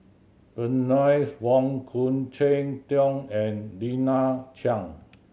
Bernice Wong Khoo Cheng Tiong and Lina Chiam